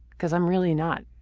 cause i'm really not